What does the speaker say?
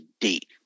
date